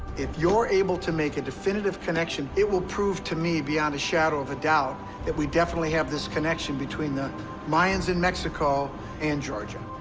if you're able to make a definitive connection, it will prove to me beyond a shadow of a doubt that we definitely have this connection between the mayans in mexico and georgia.